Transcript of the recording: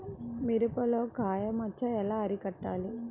మిరపలో కాయ మచ్చ ఎలా అరికట్టాలి?